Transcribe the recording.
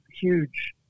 huge